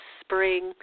spring